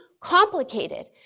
complicated